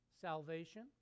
Salvation